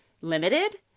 limited